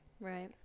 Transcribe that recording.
right